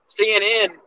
CNN